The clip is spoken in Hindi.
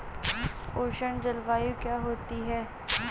उष्ण जलवायु क्या होती है?